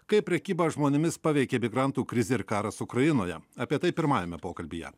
kaip prekyba žmonėmis paveikė migrantų krizė ir karas ukrainoje apie tai pirmajame pokalbyje